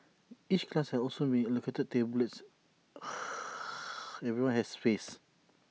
each class has also been allocated tables everyone has space